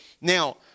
Now